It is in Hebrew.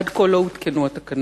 עד כה לא הותקנו התקנות